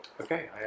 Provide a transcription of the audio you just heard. Okay